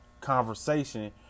conversation